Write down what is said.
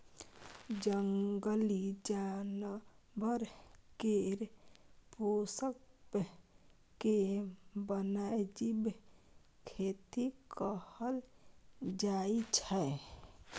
जंगली जानबर केर पोसब केँ बन्यजीब खेती कहल जाइ छै